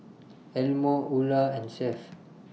Elmore Ula and Seth